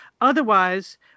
otherwise